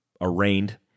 arraigned